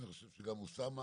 ואני חושב שגם אוסאמה